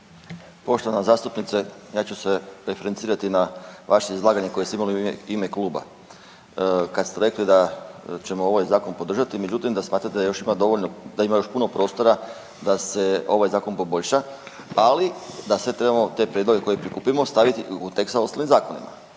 Poštovana zastupnice ja ću se referencirati na vaše izlaganje koje ste imali u ime kluba kad ste rekli da ćemo ovaj podržati, međutim da smatrate da ima još dovoljno, da ima još puno prostora da se ovaj zakon poboljša, ali da sve trebamo te prijedloge koje prikupimo staviti u …/nerazumljivo/… zakonima